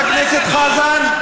חבר הכנסת חזן,